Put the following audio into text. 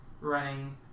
running